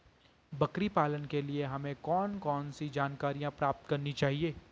बकरी पालन के लिए हमें कौन कौन सी जानकारियां प्राप्त करनी चाहिए?